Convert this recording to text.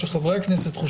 שחברי הכנסת,